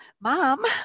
mom